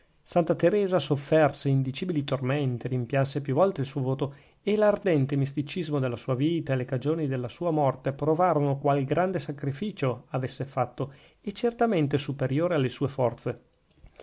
santa teresa sofferse indicibili tormenti rimpianse più volte il suo voto e l'ardente misticismo della sua vita e le cagioni della sua morte provarono qual grande sacrificio avesse fatto e certamente superiore alle sue forze